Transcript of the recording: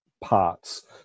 parts